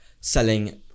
selling